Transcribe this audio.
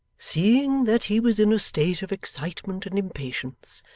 seeing that he was in a state of excitement and impatience,